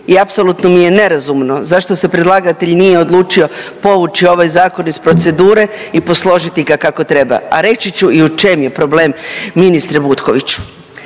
i apsolutno mi je nerazumno zašto se predlagatelj nije odlučio povući ovaj zakon i procedure i posložiti ga kako treba, a reći ću i u čem je problem ministre Butkoviću.